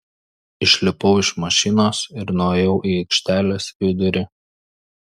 išlipau iš mašinos ir nuėjau į aikštelės vidurį